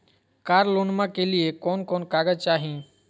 कार लोनमा के लिय कौन कौन कागज चाही?